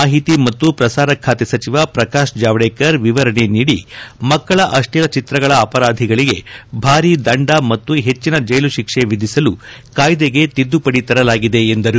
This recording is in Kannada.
ಮಾಹಿತಿ ಮತ್ತು ಪ್ರಸಾರ ಖಾತೆ ಸಚಿವ ಪ್ರಕಾಶ್ ಜಾವಡೇಕರ್ ವಿವರಣೆ ನೀಡಿ ಮಕ್ಕಳ ಆಶ್ಲೀಲ ಚಿತ್ರಗಳ ಅಪರಾಧಗಳಿಗೆ ಭಾರಿ ದಂಡ ಮತ್ತು ಹೆಚ್ಚಿನ ಜೈಲು ಶಿಕ್ಷೆ ವಿಧಿಸಲು ಕಾಯ್ದೆಗೆ ತಿದ್ದುಪಡಿ ತರಲಾಗಿದೆ ಎಂದರು